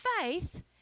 faith